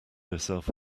herself